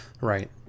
Right